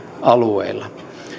alueilla